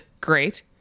Great